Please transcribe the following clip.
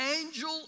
angel